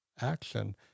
action